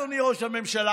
אדוני ראש הממשלה,